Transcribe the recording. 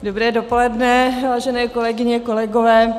Dobré dopoledne, vážené kolegyně, kolegové.